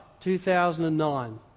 2009